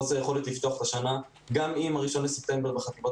חוסר יכולת לפתוח את השנה גם אם ה-1 בספטמבר בחטיבות